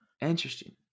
interesting